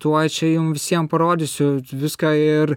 tuoj čia jum visiem parodysiu viską ir